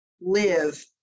live